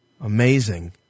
Amazing